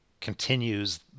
continues